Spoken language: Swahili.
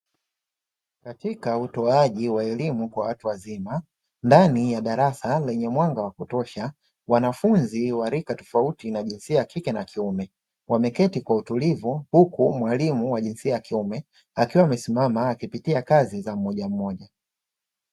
Katika utoaji wa elimu kwa watu wazima, ndani ya darasa lenye mwanga wa kutosha, wanafunzi wa rika tofauti na jinsia ya kike na kiume wameketi kwa utulivu, huku mwalimu wa jinsia ya kiume akiwa amesimama, akipitia kazi za mmojammoja.